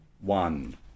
one